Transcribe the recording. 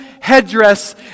headdress